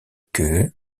que